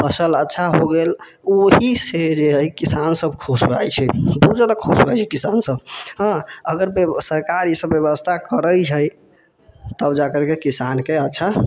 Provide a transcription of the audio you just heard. हँ फसल अच्छा हो गेल ओ इससे किसान सब खुश भऽ जाइ छै बहुत जादा खुश भऽ जाइ छै किसान सब हँ अगर सरकार ई सब व्यवस्था करै छै तब जाकरके किसानके अच्छा